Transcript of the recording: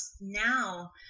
Now